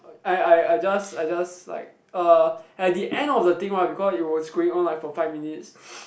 I I I just I just like uh at the end of the thing right because it was going on like for five minutes